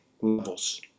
levels